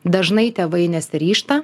dažnai tėvai nesiryžta